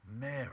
Mary